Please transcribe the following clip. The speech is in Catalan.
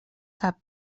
cap